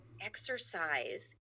exercise